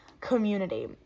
community